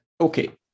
Okay